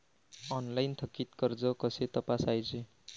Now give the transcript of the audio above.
Online थकीत कर्ज कसे तपासायचे?